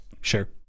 Sure